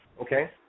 Okay